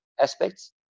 aspects